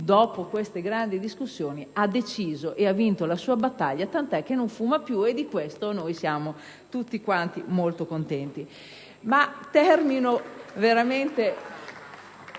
dopo queste grandi discussioni, ha deciso e ha vinto la sua battaglia, tant'è che non fuma più, e di questo siamo tutti contenti.